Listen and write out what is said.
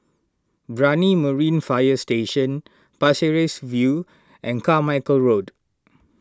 Brani Marine Fire Station Pasir Ris View and Carmichael Road